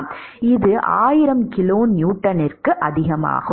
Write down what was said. இது 1000 கிலோநியூட்டனுக்கும் அதிகமாகும்